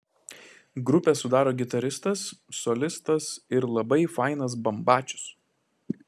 grupę sudaro gitaristas solistas ir labai fainas bambačius